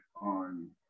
on